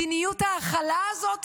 מדיניות ההכלה הזאת?